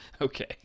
Okay